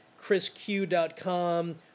ChrisQ.com